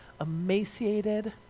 emaciated